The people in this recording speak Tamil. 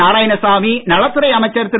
நாராயணசாமி நலத்துறை அமைச்சர் திரு